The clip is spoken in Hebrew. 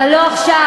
אבל לא עכשיו.